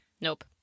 Nope